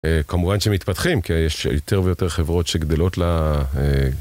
כמובן שהם מתפתחים, כי יש יותר ויותר חברות שגדלות ל...